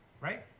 right